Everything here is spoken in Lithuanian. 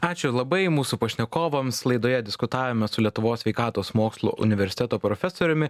ačiū labai mūsų pašnekovams laidoje diskutavome su lietuvos sveikatos mokslų universiteto profesoriumi